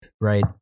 right